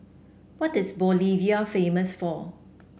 what is Bolivia famous for